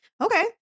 Okay